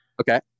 Okay